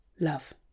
love